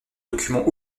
document